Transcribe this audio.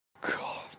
God